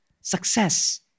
Success